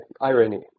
irony